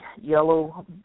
yellow